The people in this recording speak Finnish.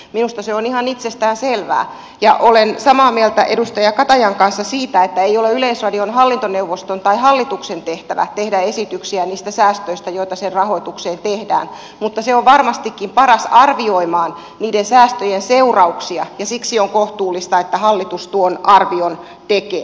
minusta se on ihan itsestään selvää ja olen samaa mieltä edustaja katajan kanssa siitä että ei ole yleisradion hallintoneuvoston tai hallituksen tehtävä tehdä esityksiä niistä säästöistä joita sen rahoitukseen tehdään mutta se on varmastikin paras arvioimaan niiden säästöjen seurauksia ja siksi on kohtuullista että hallitus tuon arvion tekee